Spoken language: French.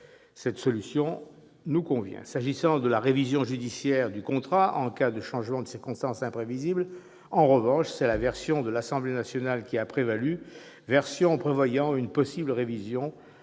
Cette solution nous convient. S'agissant de la révision judiciaire du contrat en cas de changement de circonstances imprévisible, en revanche, c'est la version de l'Assemblée nationale qui a prévalu, version prévoyant une possible révision